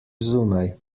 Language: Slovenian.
zunaj